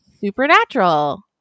Supernatural